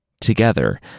Together